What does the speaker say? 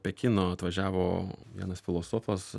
pekino atvažiavo vienas filosofas